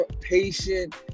patient